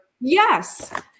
yes